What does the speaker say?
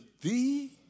thee